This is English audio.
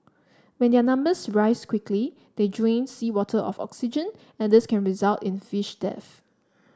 when their numbers rise quickly they drain seawater of oxygen and this can result in fish death